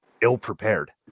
ill-prepared